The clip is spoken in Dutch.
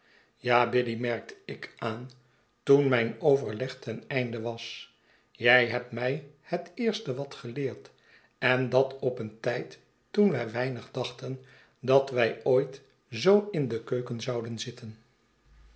ja biddy merkte ik aan toen mijn overleg ten einde was jij hebt mij het eerst wat geleerd en dat op een tijd toen wij weinig dachten dat wij ooit zoo in deze keuken zouden zitten